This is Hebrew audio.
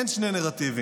אין שני נרטיבים.